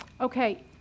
Okay